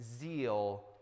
zeal